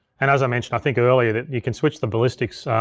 and as i mentioned i think earlier, that you can switch the ballistics,